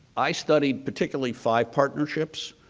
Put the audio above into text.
i studied particularly five partnerships